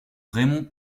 raymond